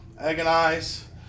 agonize